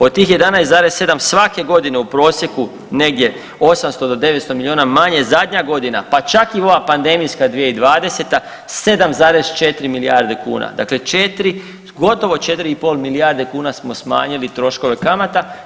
Od tih 11,7 svake godine u prosjeku negdje 800 do 900 milijuna manje zadnja godina pa čak i ova pandemijska 2020. 7,4 milijarde kuna, dakle 4 gotovo 4,5 milijarde kuna smo smanjili troškove kamata.